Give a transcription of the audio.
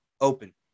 open